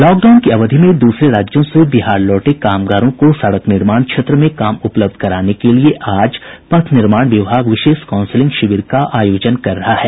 lockdown की अवधि में दूसरे राज्यों से बिहार लौटे कामगारों को सड़क निर्माण क्षेत्र में काम उपलब्ध कराने के लिए आज पथ निर्माण विभाग विशेष काउंसलिंग शिविर का आयोजन कर रहा है